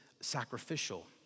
sacrificial